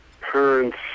parents